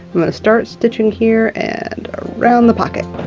i'm gonna start stitching here and around the pocket.